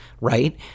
right